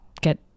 get